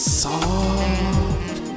soft